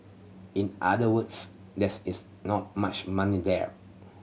in other words there is not much money there